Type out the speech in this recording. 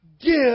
give